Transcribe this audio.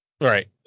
Right